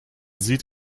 sieht